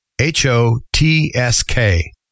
H-O-T-S-K